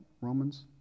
romans